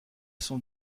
sont